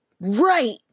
right